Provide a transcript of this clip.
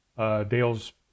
Dale's